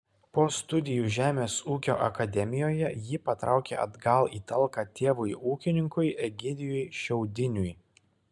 po studijų žemės ūkio akademijoje ji patraukė atgal į talką tėvui ūkininkui egidijui šiaudiniui